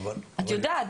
את יודעת,